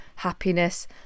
happiness